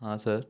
हाँ सर